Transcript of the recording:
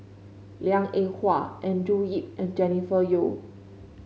Liang Eng Hwa Andrew Yip and Jennifer Yeo